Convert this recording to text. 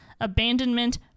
abandonment